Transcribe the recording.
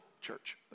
church